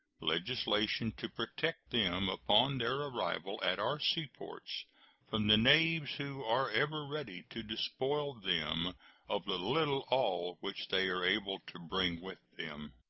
legislation to protect them upon their arrival at our seaports from the knaves who are ever ready to despoil them of the little all which they are able to bring with them.